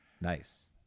Nice